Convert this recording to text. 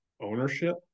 ownership